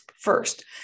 first